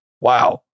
Wow